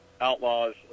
outlaws